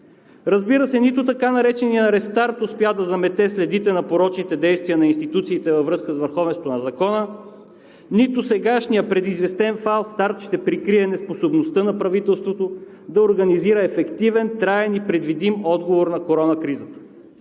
Разбира се, нито така нареченият рестарт успя да замете следите на порочните действия на институциите във връзка с върховенството на Закона, нито сегашният предизвестен фалстарт ще прикрие неспособността на правителството да организира ефективен, траен и предвидим отговор на коронакризата.